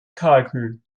kalkül